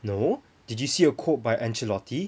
no did you see a quote by ancelotti